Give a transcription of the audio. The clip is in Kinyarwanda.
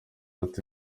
ati